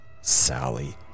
Sally